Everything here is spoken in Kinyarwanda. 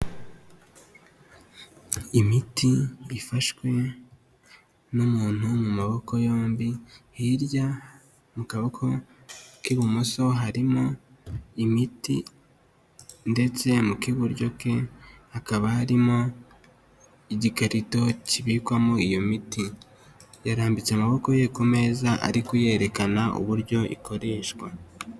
Imiti ifashwe n'umuntu mu maboko yombi, hirya mu kaboko k'ibumoso harimo imiti ndetse mu kiburyo ke hakaba harimo igikarito kibikwamo iyo miti, yarambitse amaboko ye ku meza ari kuyerekana uburyo ikoreshwa.